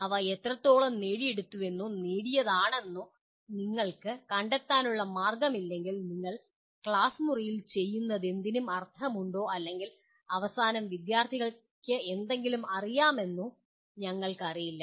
അവ എത്രത്തോളം നേടിയെടുത്തുവെന്നോ നേടിയതാണെന്നോ നിങ്ങൾക്ക് കണ്ടെത്താനുള്ള മാർഗ്ഗമില്ലെങ്കിൽ നിങ്ങൾ ക്ലാസ് മുറിയിൽ ചെയ്തതെന്തിനും അർത്ഥമുണ്ടോ അല്ലെങ്കിൽ അവസാനം വിദ്യാർത്ഥിക്ക് എന്തെങ്കിലും അറിയാമോ എന്ന് ഞങ്ങൾക്ക് അറിയില്ല